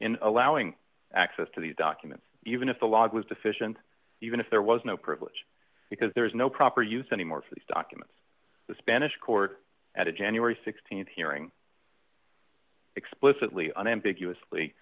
in allowing access to these documents even if the log was deficient even if there was no privilege because there is no proper use anymore for these documents the spanish court at a january th hearing explicitly unambiguous